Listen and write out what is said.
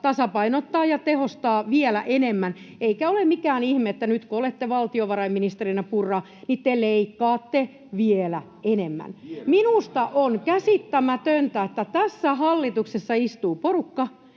tasapainottaa ja tehostaa vielä enemmän, eikä ole mikään ihme, että nyt kun olette valtiovarainministerinä, Purra, niin te leikkaatte vielä enemmän. Minusta on käsittämätöntä, että tässä hallituksessa istuu porukka,